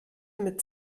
mit